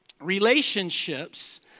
relationships